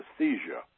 anesthesia